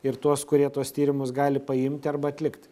ir tuos kurie tuos tyrimus gali paimti arba atlikt